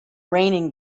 raining